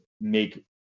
make